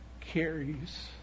carries